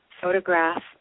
photograph